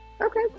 Okay